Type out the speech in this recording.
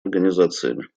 организациями